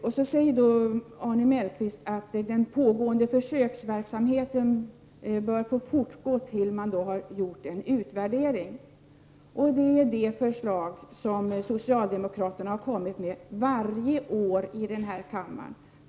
Vidare säger Arne Mellqvist att den pågående försöksverksamheten bör få fortgå tills man har gjort en utvärdering. Detta förslag har socialdemokraterna kommit med varje år i denna kammare.